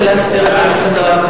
להסיר את זה מסדר-היום.